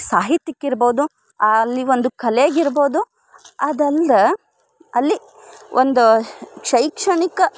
ಸಾಹಿತ್ಯಕ್ಕೆ ಇರ್ಬೋದು ಆ ಅಲ್ಲಿ ಒಂದು ಕಲೆಗೆ ಇರ್ಬೋದು ಅದು ಅಲ್ದೆ ಅಲ್ಲಿ ಒಂದು ಶೈಕ್ಷಣಿಕ